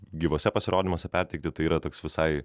gyvuose pasirodymuose perteikti tai yra toks visai